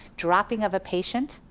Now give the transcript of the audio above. dropping of a patient,